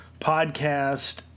Podcast